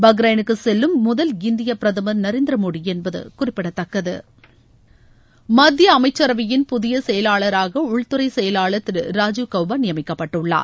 பஹ்ரைனுக்கு செல்லும் முதல் இந்திய பிரதமர் நரேந்திர மோடி என்பது குறிப்பிடத்தக்கது மத்திய அமைச்சரவையின் புதிய செயலாளராக உள்துறை செயலாளர் திரு ராஜீவ் கவுபா நியமிக்கப்பட்டுள்ளார்